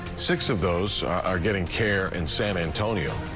six of those are getting care in san antonio.